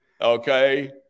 Okay